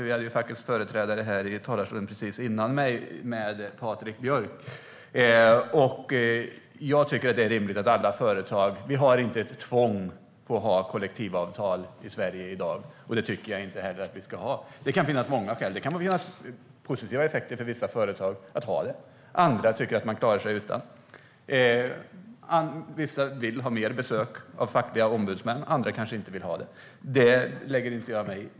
Vi hade ju fackets företrädare, Patrik Björck, i talarstolen just före mig. Jag tycker att det är rimligt att det inte är ett tvång för alla företag att ha kollektivavtal i Sverige i dag. Det tycker jag inte att vi ska ha heller. Det kan finnas många skäl. Det kan finnas positiva effekter för vissa företag med att ha det. Andra tycker att de klarar sig utan. Vissa vill ha fler besök av fackliga ombudsmän. Andra kanske inte vill ha det. Det lägger jag mig inte i.